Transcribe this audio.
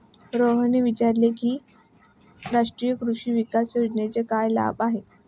रोहितने विचारले की राष्ट्रीय कृषी विकास योजनेचे काय लाभ आहेत?